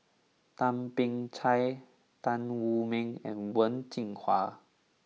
Thum Ping Tjin Tan Wu Meng and Wen Jinhua